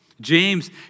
James